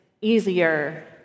easier